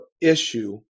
issue